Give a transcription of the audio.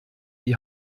die